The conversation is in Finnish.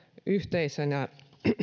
yhteisenä